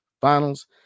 Finals